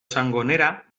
sangonera